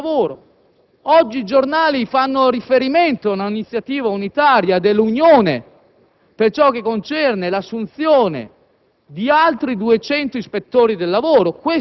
Siamo intervenuti sul lavoro. Oggi i giornali fanno riferimento a un'iniziativa unitaria dell'Unione per quanto concerne l'assunzione